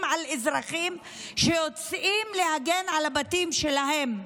על אזרחים שיוצאים להגן על הבתים שלהם.